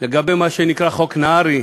לגבי מה שנקרא חוק נהרי,